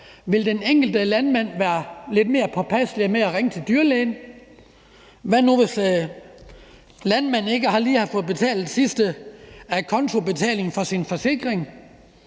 Vil den enkelte landmand være lidt mere påpasselig med at ringe til dyrlægen? Hvad nu, hvis landmanden ikke lige har fået betalt den sidste acontobetaling for sin forsikring?